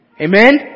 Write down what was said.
Amen